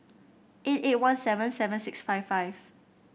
eight eight one seven seven six five five